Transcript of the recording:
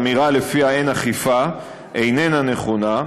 האמירה שלפיה אין אכיפה אינה נכונה,